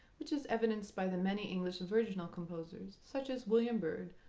which is evidenced by the many english virginal composers, such as william byrd,